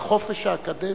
בחופש האקדמי,